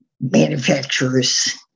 manufacturers